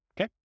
okay